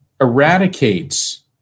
eradicates